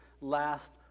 last